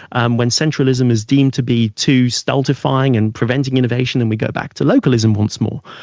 and when centralism is deemed to be too stultifying and preventing innovation, and we go back to localism once more.